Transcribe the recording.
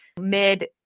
mid